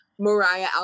Mariah